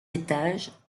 étages